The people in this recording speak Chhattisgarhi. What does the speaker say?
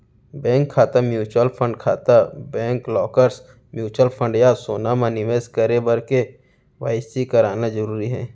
बेंक खाता, म्युचुअल फंड खाता, बैंक लॉकर्स, म्युचुवल फंड या सोना म निवेस करे बर के.वाई.सी कराना जरूरी होथे